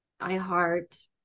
iheart